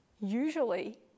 Usually